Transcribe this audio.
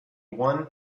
one